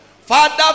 Father